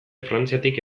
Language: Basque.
frantziatik